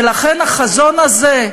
ולכן החזון הזה,